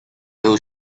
whole